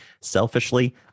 selfishly